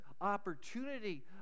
opportunity